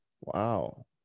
wow